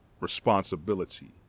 responsibility